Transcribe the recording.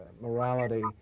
morality